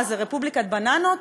מה זה, רפובליקת בננות?